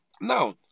Now